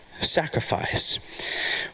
sacrifice